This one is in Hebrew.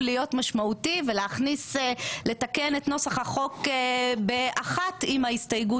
להיות משמעותי ולתקן את נוסח החוק באחת ואם ההסתייגות